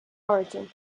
origin